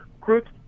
Groups